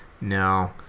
no